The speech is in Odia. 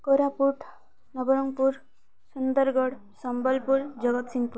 କୋରାପୁଟ ନବରଙ୍ଗପୁର ସୁନ୍ଦରଗଡ଼ ସମ୍ବଲପୁର ଜଗତସିଂହପୁର